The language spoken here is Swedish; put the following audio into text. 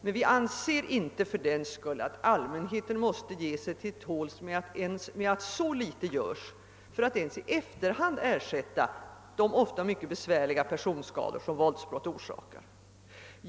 Men vi anser inte fördenskull att allmänheten måste ge sig till tåls med att så litet görs för att ens i efterhand ersätta de ofta mycket besvärliga personskador, som våldsbrott orsakar.